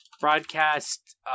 Broadcast